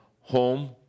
home